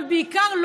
אבל בעיקר,